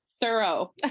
thorough